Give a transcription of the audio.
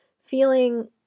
feeling